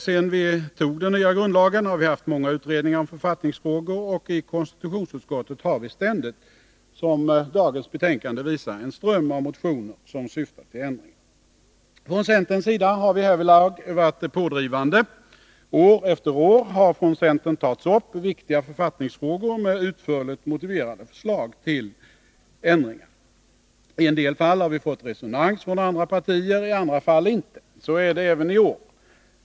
Sedan vi antog den nya grundlagen har vi haft många utredningar om författningsfrågor, och i konstitutionsutskottet har vi, som dagens betänkande visar, ständigt en ström av motioner som syftar till ändringar. Från centern har vi härvidlag varit pådrivande. År efter år har från centern tagits upp viktiga författningsfrågor med utförligt motiverade förslag till ändringar. I en del fall har vi fått resonans från andra partier, i andra fall inte. Så är det även i år.